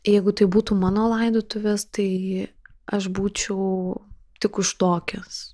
jeigu tai būtų mano laidotuvės tai aš būčiau tik už tokias